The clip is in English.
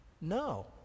No